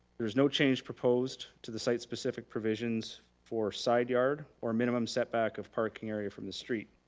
there's no change proposed to the site specific provisions for side yard or minimum setback of parking area from the street.